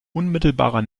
unmittelbarer